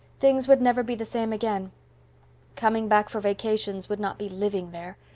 things would never be the same again coming back for vacations would not be living there.